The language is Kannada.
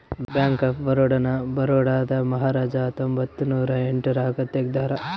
ಬ್ಯಾಂಕ್ ಆಫ್ ಬರೋಡ ನ ಬರೋಡಾದ ಮಹಾರಾಜ ಹತ್ತೊಂಬತ್ತ ನೂರ ಎಂಟ್ ರಾಗ ತೆಗ್ದಾರ